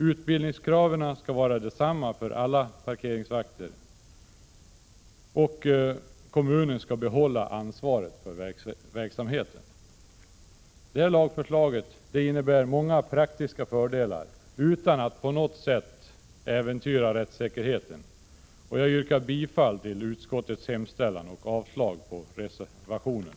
Utbildningskraven skall vara desamma för alla parkeringsvakter, och kommunen skall behålla ansvaret för verksamheten. Den föreslagna lagen innebär många praktiska fördelar utan att den på något sätt äventyrar rättssäkerheten. Fru talman! Jag yrkar bifall till utskottets hemställan och avslag på reservationen.